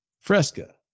Fresca